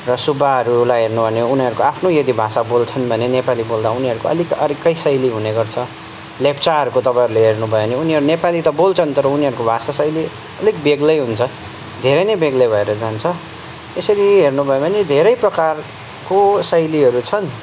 र सुब्बाहरूलाई हेर्नु हो भने उनीहरूको आफ्नो यदि भाषा बोल्छन् भने नेपाली बोल्दा उनीहरूको अलिक अर्कै शैली हुने गर्छ लेप्चाहरूको तपाईँहरूले हेर्नुभयो भने उनीहरू नेपाली त बोल्छन् तर उनीहरूको भाषा शैली अलिक बेग्लै हुन्छ धेरै नै बेग्लै भएर जान्छ यसरी हेर्नुभयो भने धेरै प्रकारको शैलीहरू छन्